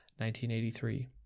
1983